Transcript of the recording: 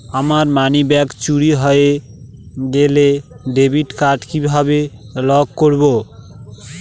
আমার মানিব্যাগ চুরি হয়ে গেলে ডেবিট কার্ড কিভাবে লক করব?